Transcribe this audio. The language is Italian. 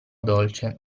dolce